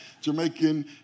Jamaican